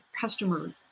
customer